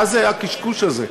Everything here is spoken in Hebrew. מה זה הקשקוש הזה?